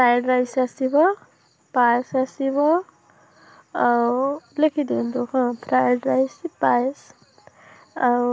fried rice ଆସିବ ପାଏସ୍ ଆସିବ ଆଉ ଲେଖିଦିଅନ୍ତୁ ହଁ ଫ୍ରାଏଡ଼୍ ରାଇସ୍ ପାଏସ୍ ଆଉ